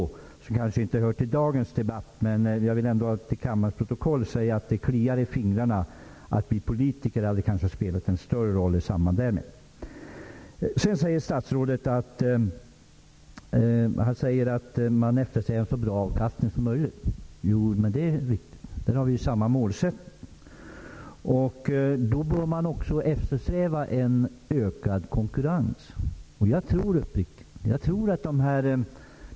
Detta kanske inte hör till dagens debatt, men jag vill ändå ha upptaget i kammarens protokoll att detta gör att det kliar i fingrarna och att vi politiker kanske borde ha spelat en större roll i det sammanhanget. Statsrådet säger att staten eftersträvar en så bra avkastning som möjligt. Det är riktigt. Där har vi samma målsättning. Då bör man också eftersträva en ökad konkurrens.